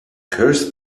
curse